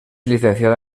licenciada